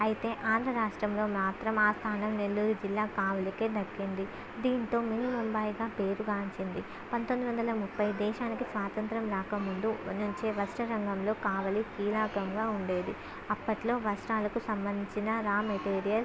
అయితే ఆంధ్ర రాష్ట్రంలో మాత్రం ఆ స్థానం నెల్లూరు జిల్లా కావలికె దక్కింది దీంతో మినీ ముంభైగా పేరుగాంచింది పంతొమ్మిది వందల ముఫై దేశానికి స్వాతంత్రం రాకముందు నుంచే వస్త్ర రంగంలో కావలి కీలకంగా ఉండేది అప్పట్లో వస్త్రాలకు సంబంధించిన రా మెటీరియల్